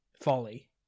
folly